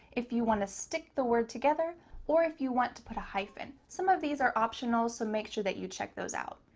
if you want to stick the word together or if you want to put a hyphen. some of these are optional, so make sure that you check those out.